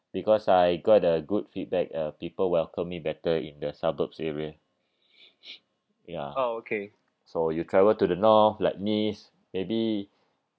because I got a good feedback uh people welcomed me better in the suburbs area ya so you travel to the north like nice maybe